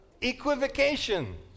Equivocation